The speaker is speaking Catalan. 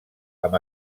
amb